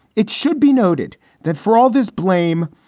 it should be noted that for all this blame,